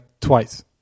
twice